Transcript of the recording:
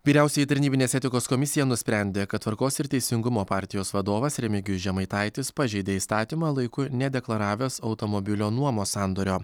vyriausioji tarnybinės etikos komisija nusprendė kad tvarkos ir teisingumo partijos vadovas remigijus žemaitaitis pažeidė įstatymą laiku nedeklaravęs automobilio nuomos sandorio